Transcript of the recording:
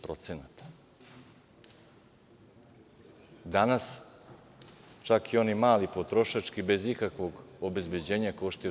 Danas čak i oni mali potrošački bez ikakvog obezbeđenja koštaju 10%